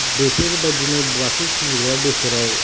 बेफोरबायदिनो बाथौ फुजिग्राया बोसोराव